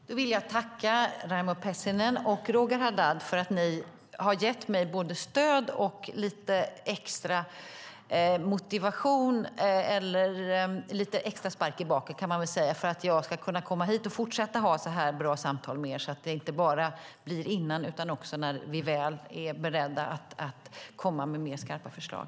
Fru talman! Jag vill tacka Raimo Pärssinen och Roger Haddad för att ni har gett mig både stöd och lite extra motivation - eller en liten extra spark i baken, kan man väl säga - för att jag ska kunna komma hit och fortsätta ha sådana här bra samtal med er så att det inte bara blir innan utan när vi väl är beredda att komma med mer skarpa förslag.